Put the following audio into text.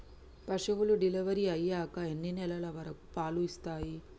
పశువులు డెలివరీ అయ్యాక ఎన్ని నెలల వరకు పాలు ఇస్తాయి?